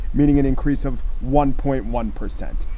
meaning an increase of one point one percent.